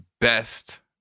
best